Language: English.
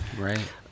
Right